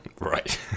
Right